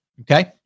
Okay